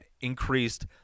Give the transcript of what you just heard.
increased